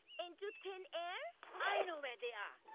into thin air? i know where they are.